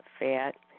fat